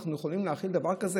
אנחנו יכולים להכיל דבר כזה?